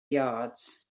yards